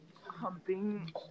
humping